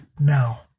now